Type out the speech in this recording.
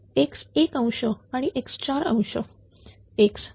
आणि x4